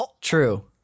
True